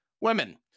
women